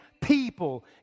people